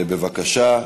בבקשה.